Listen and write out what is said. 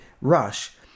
rush